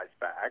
back